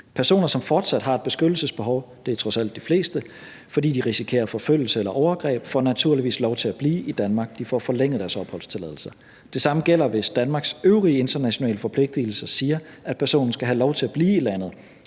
Personer, som fortsat har et beskyttelsesbehov – det er trods alt de fleste – fordi de risikerer forfølgelse eller overgreb, får naturligvis lov til at blive i Danmark. De får forlænget deres opholdstilladelse. Det samme gælder, hvis Danmarks øvrige internationale forpligtelser siger, at personen skal have lov til at blive i landet.